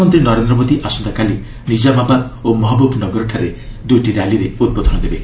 ପ୍ରଧାନମନ୍ତ୍ରୀ ନରେନ୍ଦ୍ର ମୋଦି ଆସନ୍ତାକାଲି ନିକାମାବାଦ ଓ ମହବୁବ୍ନଗରଠାରେ ଦୁଇଟି ର୍ୟାଲିରେ ଉଦ୍ବୋଧନ ଦେବେ